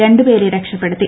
രണ്ട് പേരെ രക്ഷപ്പെടുത്തി